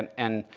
and and,